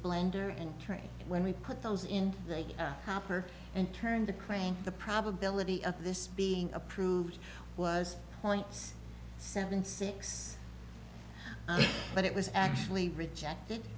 blender and trade when we put those in the hopper and turn the crank the probability of this being approved was point seven six but it was actually rejected